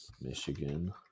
Michigan